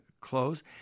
close